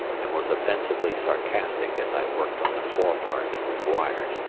and was offensively sarcastic as i worked on the forepart with wires,